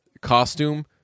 costume